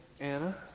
Anna